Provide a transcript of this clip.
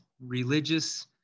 religious